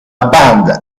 band